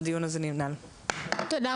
הישיבה